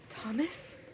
Thomas